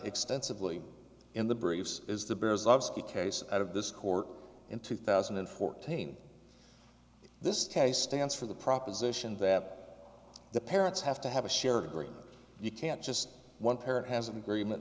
extensively in the briefs is the bears obscure case out of this court in two thousand and fourteen this case stands for the proposition that the parents have to have a shared agreement you can't just one parent has an agreement